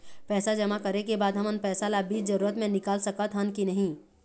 पैसा जमा करे के बाद हमन पैसा ला बीच जरूरत मे निकाल सकत हन की नहीं?